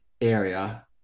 area